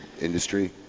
industry